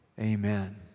amen